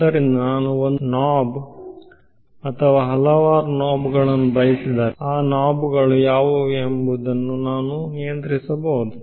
ಆದ್ದರಿಂದ ನಾನು ಒಂದು ನೋಬ್ ಅಥವಾ ಹಲವಾರು ನೋಬ್ಗಳನ್ನು ಬಯಸಿದರೆ ಆ ನೋಬ್ಗಳು ಯಾವುವು ಎಂಬುದನ್ನು ನಾನು ನಿಯಂತ್ರಿಸಬಹುದು